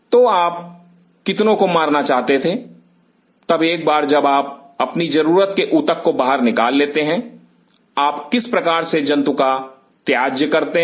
तो तब आप कितनों को मारना चाहते थे तब एक बार जब आप अपनी जरूरत के ऊतक को बाहर निकाल लेते हैं आप किस प्रकार से जंतु का त्याज्य करते हैं